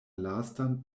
lastan